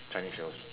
chinese shows